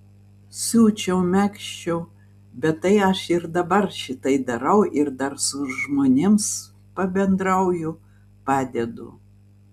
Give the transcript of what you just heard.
siūčiau megzčiau bet tai aš ir dabar šitai darau ir dar su žmonėms pabendrauju padedu